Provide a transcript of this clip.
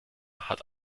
hat